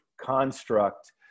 construct